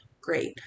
great